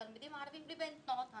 התלמידים הערבים לבין תנועות הנוער.